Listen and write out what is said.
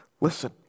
Listen